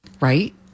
Right